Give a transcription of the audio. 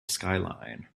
skyline